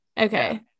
Okay